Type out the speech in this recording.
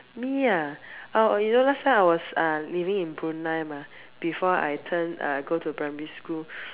me ah oh you know last time I was uh leaving in Brunei mah before I turn uh go to primary school